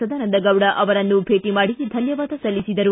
ಸದಾನಂದ ಗೌಡ ಅವರನ್ನು ಭೇಟಿ ಧನ್ವವಾದ ಸಲ್ಲಿಸಿದರು